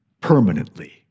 permanently